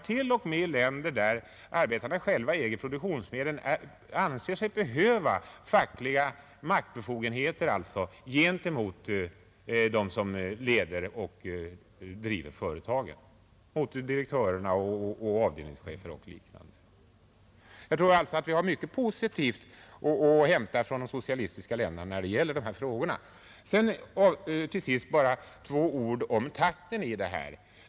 T. o. m. i länder där arbetarna själva äger produktionsmedlen anser man sig behöva fackliga maktbefogenheter gentemot dem som leder och driver företag — mot direktörer, avdelningschefer och liknande. Jag tror alltså att vi har mycket positivt att hämta från de socialistiska länderna när det gäller dessa frågor. Till sist bara några ord om takten i utredningsarbetet.